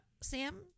Sam